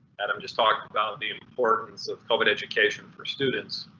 adam just talked about the importance of covid education for students.